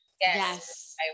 Yes